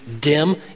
dim